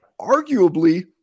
arguably